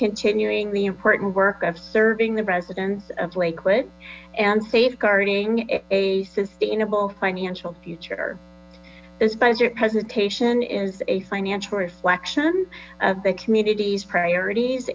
continuing the important work of serving the residents of lakewood and safeguarding a sustainable financial future this budget presentation is a financial reflection of the community's priorities